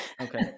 Okay